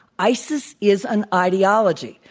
isis is an ideology.